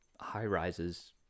high-rises